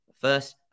First